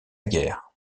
guerre